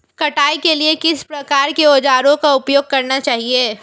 कटाई के लिए किस प्रकार के औज़ारों का उपयोग करना चाहिए?